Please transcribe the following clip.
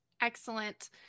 Excellent